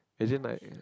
is it night eh